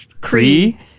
Cree